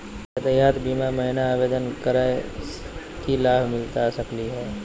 यातायात बीमा महिना आवेदन करै स की लाभ मिलता सकली हे?